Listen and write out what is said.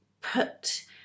put